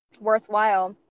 worthwhile